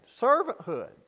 Servanthood